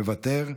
מוותר,